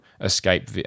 escape